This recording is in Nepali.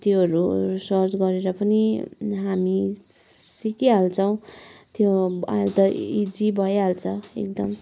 त्योहरू सर्च गरेर पनि हामी सिकिहाल्छौँ त्यो अहिले त इजी भइहाल्छ एकदम